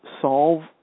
solve